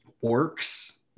works